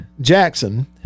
Jackson